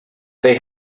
they